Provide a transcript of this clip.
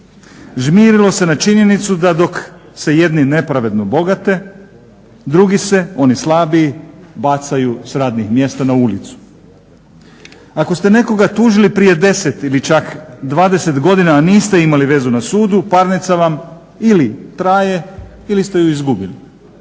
Žmirilo se na činjenicu da dok se jedni nepravedno bogate, drugi se oni slabiji bacaju s radnih mjesta na ulicu. Ako ste nekoga tužili prije 10 ili čak 20 godina, a niste imali veze na sudu u parnicama ili traje ili ste ju izgubili.